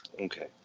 Okay